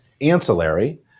ancillary